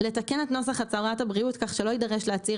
לתקן את נוסח הצהרת הבריאות כך שלא יידרש להצהיר